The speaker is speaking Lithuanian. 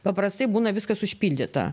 paprastai būna viskas užpildyta